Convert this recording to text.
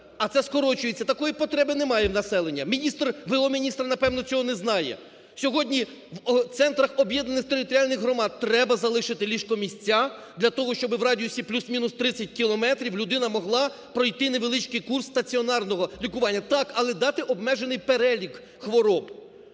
А це скорочується. Такої потреби немає в населення. Міністр, в.о. міністра, напевно, цього не знає. Сьогодні в центрах об'єднаних територіальних громад треба залишити ліжко-місця для того, щоб в радіусі плюс-мінус 30 кілометрів людина могла пройти невеличкий курс стаціонарного лікування. Так, але дати обмежений перелік хвороб,